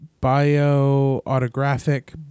bio-autographic